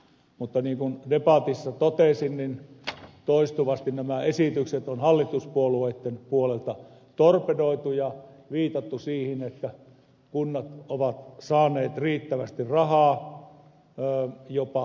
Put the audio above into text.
mutta niin kuin debatissa totesin toistuvasti nämä esitykset on hallituspuolueitten puolelta torpedoitu ja on viitattu siihen että kunnat ovat saaneet riittävästi rahaa jopa liikaakin